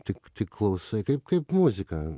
tik tik klausai kaip kaip muziką